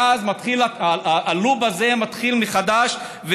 ואז הלופ הזה מתחיל מחדש,